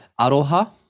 Aroha